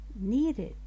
Needed